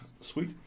Sweet